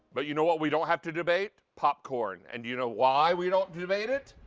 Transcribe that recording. but you know what we don't have to debate? popcorn. and you know why we don't debate it?